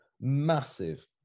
massive